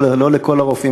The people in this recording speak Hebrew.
לא לכל הרופאים,